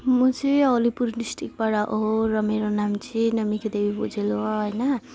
म चाहिँ अलिपुर डिस्ट्रिक्टबाट हो मेरो नाम चाहिँ नमिका देवी भुजेल हो हैन